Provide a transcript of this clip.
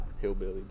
hillbilly